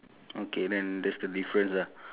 okay then you have to circle that lah